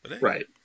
Right